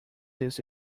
this